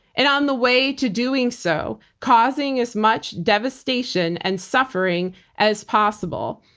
and on the way to doing so, causing as much devastation and suffering as possible.